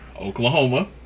Oklahoma